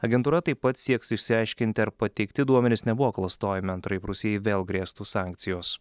agentūra taip pat sieks išsiaiškinti ar pateikti duomenys nebuvo klastojami antraip rusijai vėl grėstų sankcijos